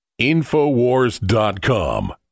Infowars.com